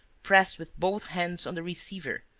pressed with both hands on the receiver,